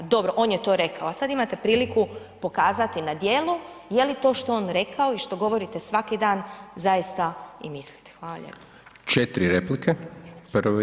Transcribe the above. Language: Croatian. Dobro, on je to rekao a sada imate priliku pokazati na djelu je li to što je on rekao i što govorite svaki dan zaista i mislite.